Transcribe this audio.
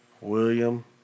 William